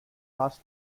last